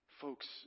folks